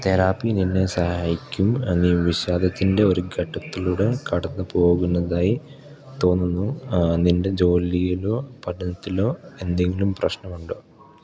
therapy നിന്നെ സഹായിക്കും നീ വിഷാദത്തിന്റെ ഒരു ഘട്ടത്തിലൂടെ കടന്നുപോകുന്നതായി തോന്നുന്നു നിന്റെ ജോലിയിലോ പഠനത്തിലോ എന്തെങ്കിലും പ്രശ്നമുണ്ടോ